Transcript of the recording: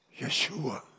Yeshua